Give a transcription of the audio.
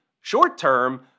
short-term